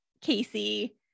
Casey